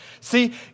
See